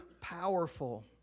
powerful